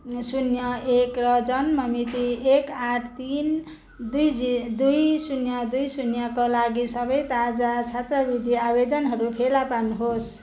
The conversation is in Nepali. शून्य एक र जन्म मिति एक आठ तिन दुई जी दुई शून्य दुई शून्यका लागि सबै ताजा छात्रवृत्ति आवेदनहरू फेला पार्नुहोस्